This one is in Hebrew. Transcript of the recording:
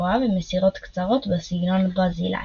גבוהה ומסירות קצרות בסגנון ברזילאי.